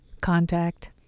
Contact